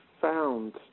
found